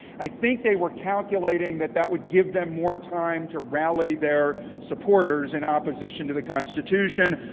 i think they were calculating that that would give them more time to rally their supporters in opposition to the constitution.